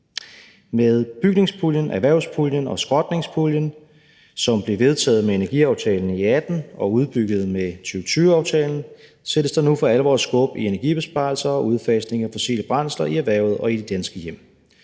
Med bygningspuljen, erhvervspuljen og skrotningspuljen, som blev vedtaget med energiaftalen i 2018 og udbygget med 2020-aftalen, sættes der nu for alvor skub i energibesparelser og udfasning af fossile brændsler i erhvervet og i de danske hjem.